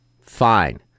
fine